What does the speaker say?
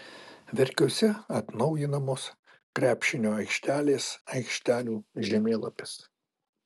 verkiuose atnaujinamos krepšinio aikštelės aikštelių žemėlapis